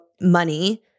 money